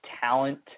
talent